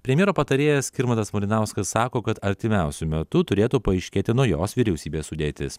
premjero patarėjas skirmantas malinauskas sako kad artimiausiu metu turėtų paaiškėti naujos vyriausybės sudėtis